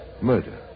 murder